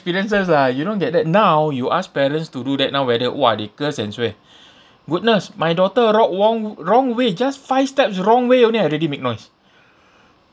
experiences ah you don't get that now you ask parents to do that now whether !wah! they curse and swear goodness my daughter wro~ wong wrong way just five steps wrong way only I already make noise